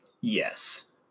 Yes